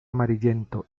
amarillento